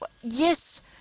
yes